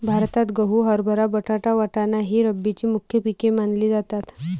भारतात गहू, हरभरा, बटाटा, वाटाणा ही रब्बीची मुख्य पिके मानली जातात